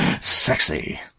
Sexy